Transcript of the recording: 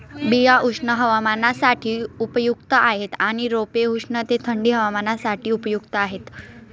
बिया उष्ण हवामानासाठी उपयुक्त आहेत आणि रोपे उष्ण ते थंडी हवामानासाठी उपयुक्त आहेत